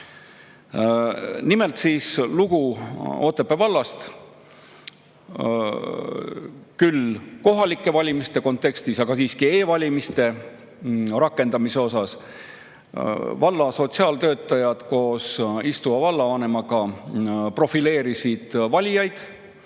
Nimelt, lugu Otepää vallast, küll kohalike valimiste kontekstis, aga siiski e‑valimiste rakendamise kohta. Valla sotsiaaltöötajad koos istuva vallavanemaga profileerisid valijaid.